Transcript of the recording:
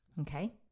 Okay